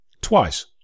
twice